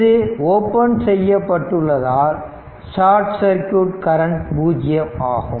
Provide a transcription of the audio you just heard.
இது ஓபன் செய்யப்பட்டுள்ளதால் short circuit current பூஜ்ஜியம் ஆகும்